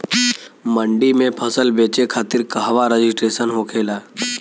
मंडी में फसल बेचे खातिर कहवा रजिस्ट्रेशन होखेला?